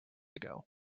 ago